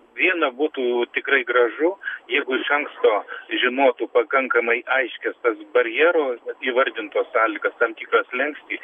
viena būtų tikrai gražu jeigu iš anksto žinotų pakankamai aiškias tas barjero įvardintos sąlygas tam tikrą slenkstį